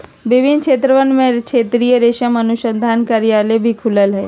विभिन्न क्षेत्रवन में क्षेत्रीय रेशम अनुसंधान कार्यालय भी खुल्ल हई